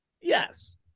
Yes